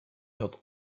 had